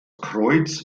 kreuz